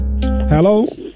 Hello